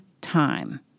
time